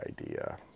idea